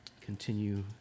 continue